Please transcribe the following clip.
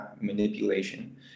manipulation